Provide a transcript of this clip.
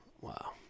wow